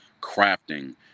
crafting